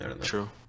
true